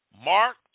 Mark